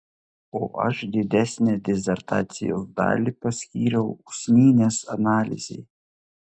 o aš didesnę disertacijos dalį paskyriau usnynės analizei